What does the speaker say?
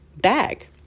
bag